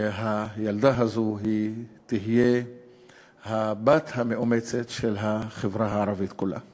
שהילדה הזו תהיה הבת המאומצת של החברה הערבית כולה,